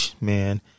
man